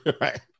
Right